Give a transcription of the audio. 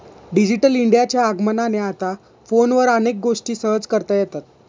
digital इंडियाच्या आगमनाने आता फोनवर अनेक गोष्टी सहज करता येतात